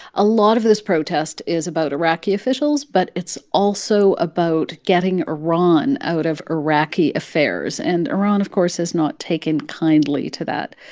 a lot of this protest is about iraqi officials, but it's also about getting iran out of iraqi affairs. and iran, of course, has not taken kindly to that.